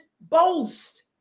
boast